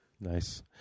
Nice